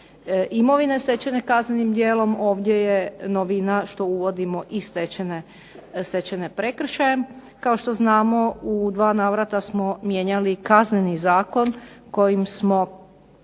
imovine stečene kaznenim djelom, ovdje je novina što uvodimo i stečene prekršajem. Kao što znamo u 2 navrata smo mijenjali Kazneni zakon kojim smo